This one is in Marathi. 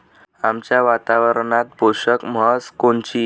आमच्या वातावरनात पोषक म्हस कोनची?